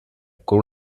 con